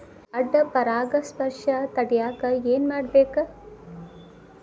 ಅಡ್ಡ ಪರಾಗಸ್ಪರ್ಶ ತಡ್ಯಾಕ ಏನ್ ಮಾಡ್ಬೇಕ್?